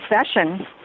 session